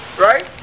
Right